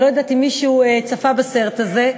אני לא יודעת אם מישהו צפה בסרט הזה,